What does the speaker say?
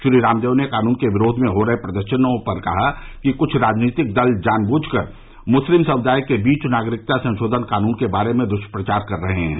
श्री रामदेव ने कानून के विरोध में हो रहे प्रदर्शनों पर कहा कि कुछ राजनीतिक दल जान बूझकर मुस्लिम समुदाय के बीच नागरिकता संशोधन कानून के बारे में दुष्प्रचार कर रहे हैं